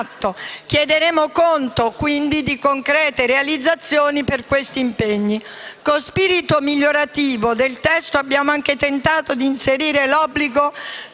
Chiederemo quindi conto di concrete realizzazioni per questi impegni. Con spirito migliorativo del testo abbiamo anche tentato di inserire l'obbligo